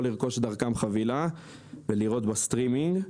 לרכוש דרכם חבילה ולראות בה סטרימינג.